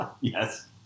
Yes